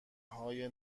های